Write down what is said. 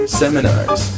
seminars